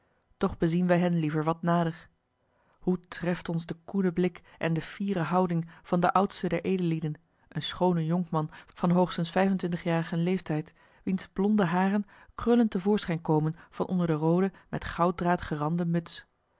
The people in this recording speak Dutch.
doch bezien wij hen liever wat nader hoe treft ons de koene blik en de fiere houding van den oudste der edellieden een schoonen jonkman van hoogstens vijfentwintigjarigen leeftijd wiens blonde haren krullend te voorschijn komen van onder de roode met gouddraad gerande muts